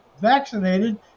vaccinated